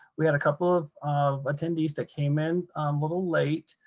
we had a couple of of attendees that came in little late,